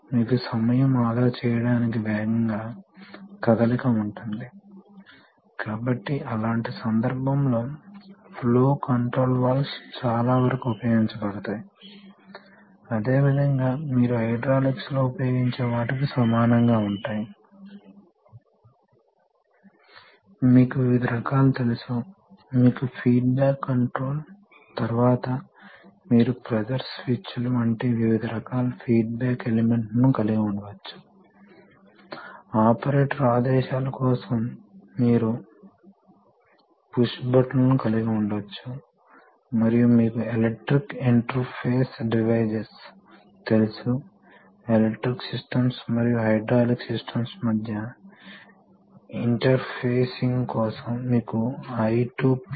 ఒక సాధారణ proportional valve ఈ మూలకాలను కలిగి ఉంటుంది కాబట్టి ఇది ఒక కంట్రోల్ వోల్టేజ్ చేత నిర్వహించబడుతుంది ఇది మాన్యువల్ గా ఇవ్వబడుతుంది లేదా కంప్యూటర్ నుండి రావచ్చు సాధారణంగా ఎలక్ట్రానిక్ సర్క్యూట్ల సమితి ఉంటుంది ఇవి వివిధ రకాల పనులను చేస్తాయి ఇవి ఫిల్టరింగ్ చేస్తాయి ఇవి యాంప్లిఫికేషన్ చేస్తుంది కొన్నిసార్లు దానిలో కొంత భాగం డిజిటల్ అయితే ఇవి డిజిటల్ టు అనలాగ్ మార్పిడిని చేస్తాయి మరియు అక్కడ ఒక ప్రధాన విషయం ఏమిటంటే అది కొంత పవర్ ని జోడించాలి